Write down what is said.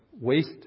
waste